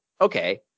okay